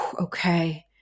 okay